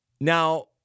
Now